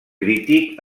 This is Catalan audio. crític